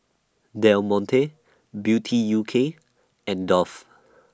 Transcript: Del Monte Beauty U K and Dove